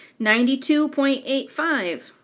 ninety two point eight five